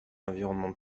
environnement